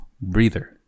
breather